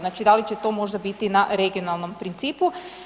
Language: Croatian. Znači da li će to možda biti na regionalnom principu.